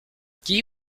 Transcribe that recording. qui